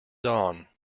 dawn